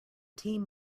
team